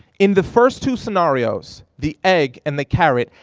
in the first two scenarios, the egg and the carrot,